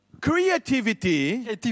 Creativity